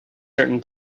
certain